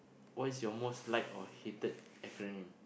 what is your most liked or hated acronym